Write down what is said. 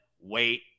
wait